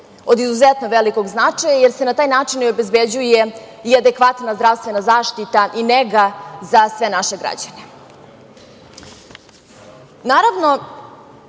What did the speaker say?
od izuzetno velikog značaja, jer se na taj način obezbeđuje i adekvatna zdravstvena zaštita i nega za sve naše građane. Na